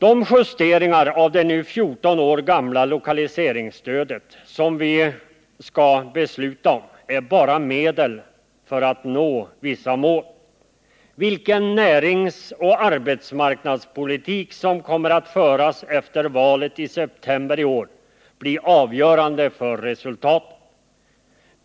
De justeringar av det nu 14 år gamla lokaliseringsstödet som vi nu skall besluta om är bara medel för att nå vissa mål. Vilken näringsoch arbetsmarknadspolitik som kommer att föras efter valet i september i år blir avgörande för resultaten.